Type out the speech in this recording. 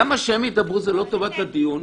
למה שהם ידברו זה לא טובת הדיון?